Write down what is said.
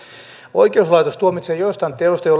oikeuslaitos tuomitsee joistain teoista tuomion jo